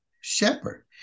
shepherd